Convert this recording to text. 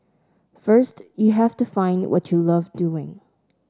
first you have to find what you love doing